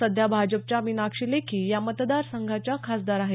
सध्या भाजपच्या मीनाक्षी लेखी या मतदार संघाच्या खासदार आहेत